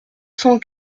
cents